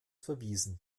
verwiesen